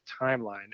timeline